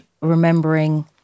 remembering